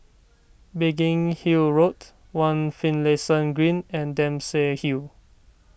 Biggin Hill Road one Finlayson Green and Dempsey Hill